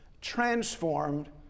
transformed